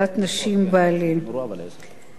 חברי הטוב,